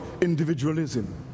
individualism